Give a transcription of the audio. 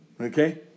okay